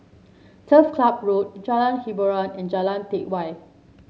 Turf Club Road Jalan Hiboran and Jalan Teck Whye